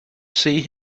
see